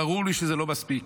ברור לי שזה לא מספיק.